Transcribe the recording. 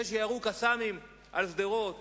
זה שירו "קסאמים" על שדרות